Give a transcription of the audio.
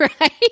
right